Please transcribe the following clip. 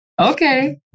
Okay